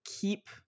keep